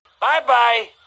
Bye-bye